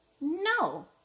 No